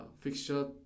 fixture